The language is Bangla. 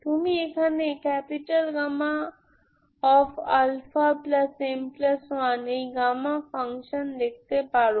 তুমি এখানে αm1 এই গামা ফাংশান দেখতে পারো